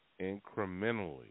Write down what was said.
incrementally